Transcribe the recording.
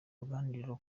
ruganiriro